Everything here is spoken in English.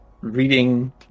reading